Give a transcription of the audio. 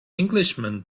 englishman